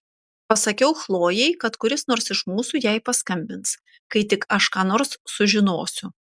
pasakiau chlojei kad kuris nors iš mūsų jai paskambins kai tik aš ką nors sužinosiu